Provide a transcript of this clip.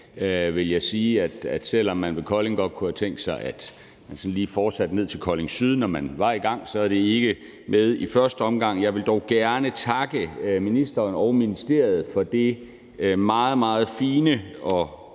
vil jeg sige, at selv om man ved Kolding godt kunne have tænkt sig, at vi sådan lige fortsatte ned til Kolding Syd, når vi nu var i gang, er det ikke med i første omgang. Jeg vil dog gerne takke ministeren og ministeriet for det meget, meget fine og